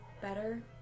Better